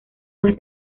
más